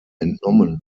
entnommen